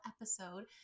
episode